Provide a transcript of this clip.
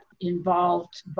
involved